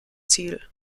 ziel